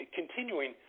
continuing